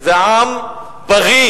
זה עם בריא,